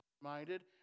minded